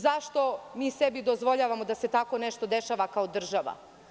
Zašto mi sebi dozvoljavamo da se tako nešto dešava kao država?